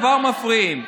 כבר מפריעים.